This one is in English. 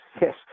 yes